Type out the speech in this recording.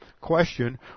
question